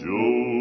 Joe